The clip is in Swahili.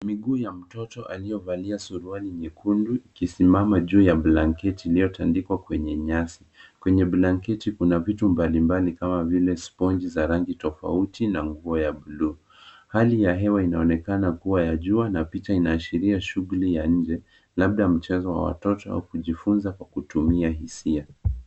Miguu ya mtoto aliyevalia suruali nyekundu, ikisimama juu ya blanketi iliyotandikwa kwenye nyasi. Kwenye blanketi kuna vitu mbalimbali kama vile sponji za rangi tofauti na nguo ya buluu. Hali ya hewa inaonekana kuwa ya jua, na picha inaashiria shughuli ya nje, labda mchezo wa watoto kwa kujifunza kutumia hisia.